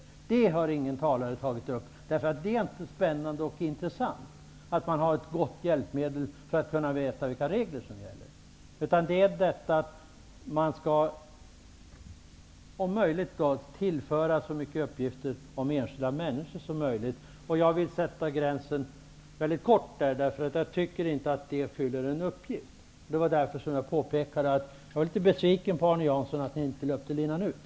Men det har ingen talare tagit upp, eftersom det inte är spännande och intressant att ha ett gott hjälpmedel för att kunna veta vilka regler som gäller. I stället vill man tillföra så många uppgifter som möjigt om enskilda människor. Jag vill sätta gränsen mycket snävt eftersom jag inte tycker att det fyller någon funktion. Därför påpekade jag för Arne Jansson att jag var litet besviken över att Ny demokrati inte löpte linan ut.